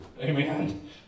Amen